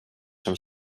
som